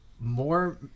more